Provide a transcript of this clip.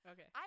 Okay